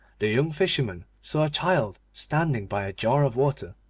the young fisherman saw a child standing by a jar of water.